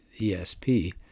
ESP